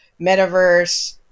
metaverse